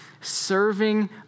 serving